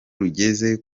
rugeze